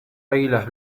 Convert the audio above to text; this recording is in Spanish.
águilas